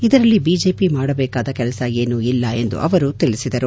ಇದರಲ್ಲಿ ಬಿಜೆಪಿ ಮಾಡಬೇಕಾದ ಕೆಲಸ ಏನು ಇಲ್ಲ ಎಂದು ಅವರು ತಿಳಿಸಿದರು